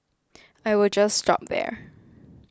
I will just stop there